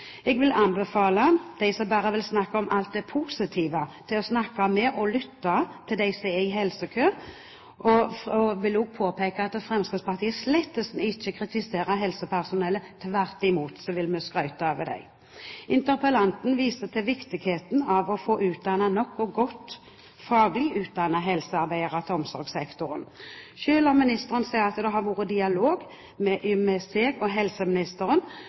Jeg vil anbefale dem som bare vil snakke om alt det positive, å snakke med og lytte til dem som er i helsekø. Jeg vil også påpeke at Fremskrittspartiet slett ikke kritiserer helsepersonellet, tvert imot vil vi skryte av dem! Interpellanten viste til viktigheten av å få utdannet nok og godt faglig utdannede helsearbeidere til omsorgssektoren. Selv om ministeren sier at det har vært dialog med